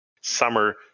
Summer